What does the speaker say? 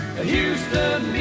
Houston